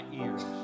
ears